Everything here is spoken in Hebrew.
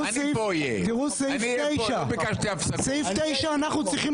תראו את סעיף 9. בסעיף 9 אנחנו צריכים